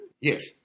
Yes